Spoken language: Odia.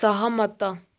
ସହମତ